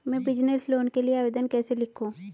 मैं business loan के लिए आवेदन कैसे लिखूँ?